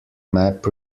map